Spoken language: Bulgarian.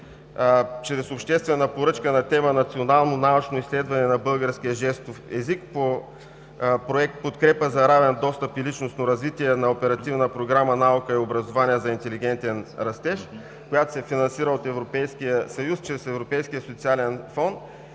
чрез обществена поръчка на тема „Национално научно изследване на българския жестов език“ по Проект „Подкрепа за равен достъп и личностно развитие“ на Оперативна програма „Наука и образование за интелигентен растеж“, която се финансира от Европейския съюз чрез Европейския социален фонд.